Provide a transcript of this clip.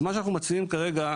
אנחנו מציעים כרגע,